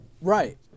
Right